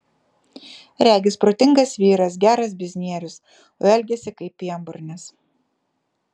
regis protingas vyras geras biznierius o elgiasi kaip pienburnis